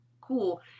cool